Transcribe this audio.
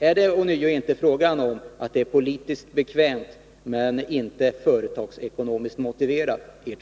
Är det inte ånyo så att ert förslag är politiskt bekvämt men inte företagsekonomiskt motiverat?